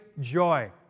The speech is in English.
joy